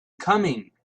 coming